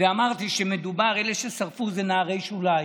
ואמרתי שאלה ששרפו הם נערי שוליים.